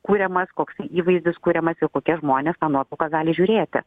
kuriamas koks įvaizdis kuriamas ir kokie žmonės tą nuotrauką gali žiūrėti